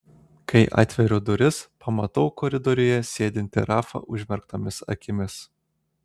kai atveriu duris pamatau koridoriuje sėdintį rafą užmerktomis akimis